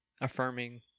affirming